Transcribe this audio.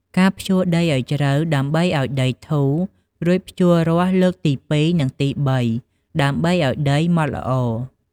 ការភ្ជួរដីឱ្យជ្រៅដើម្បីឱ្យដីធូរ រួចភ្ជួររាស់លើកទីពីរ និងទីបី ដើម្បីឱ្យដីម៉ដ្ឋល្អ។